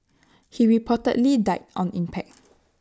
he reportedly died on impact